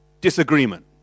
disagreement